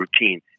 routine